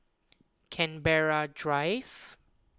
Canberra Drive